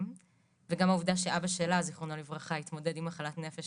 וגם העובדה שאבא שלה זכרונו לברכה התמודד עם מחלת נפש,